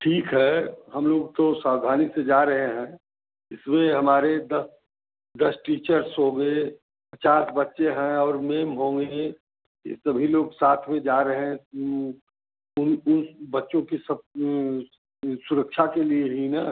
ठीक है हम लोग तो सावधानी से जा रहे हैं इसमें हमारे दस दस टीचर्स होंगे पचास बच्चे हैं और मेम होंगी ये सभी लोग साथ में जा रहे हैं उन उन बच्चों की सब ये सुरक्षा के लिए ही ना